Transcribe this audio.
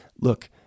Look